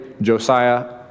Josiah